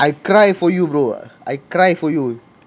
I cry for you bro I cry for you